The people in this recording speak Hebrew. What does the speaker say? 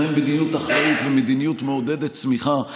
לנהל מדיניות אחראית ומדיניות מעודדת צמיחה.